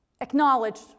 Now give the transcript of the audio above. acknowledge